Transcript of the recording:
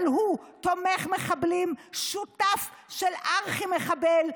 אבל הוא תומך מחבלים, שותף של ארכי-מחבל.